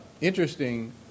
interesting